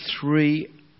three